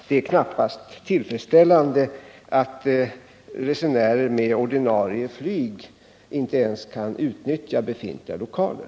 Det är knappast tillfredsställande att resenärer med ordinarie flyg inte ens kan utnyttja befintliga lokaler.